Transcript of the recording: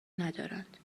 ندارند